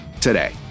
today